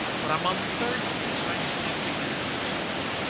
but i'm on the third page and i can't begin a new sheet.